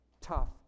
tough